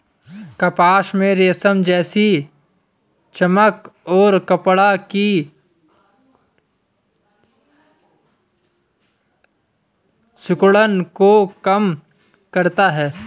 कपास में रेशम जैसी चमक और कपड़ा की सिकुड़न को कम करता है